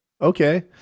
Okay